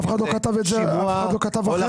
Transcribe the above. אף אחד לא כתב את זה, אף אחד לא כתב אחרת.